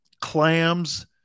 clams